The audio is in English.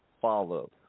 follow